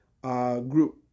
Group